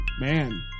man